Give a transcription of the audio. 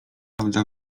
prawda